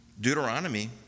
Deuteronomy